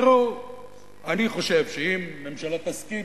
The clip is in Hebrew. אני חושב שאם הממשלה תסכים,